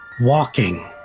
walking